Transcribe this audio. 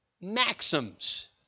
maxims